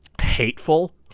hateful